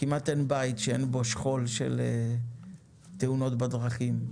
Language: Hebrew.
כמעט אין בית שאין בו שכול של תאונות בדרכים,